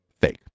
fake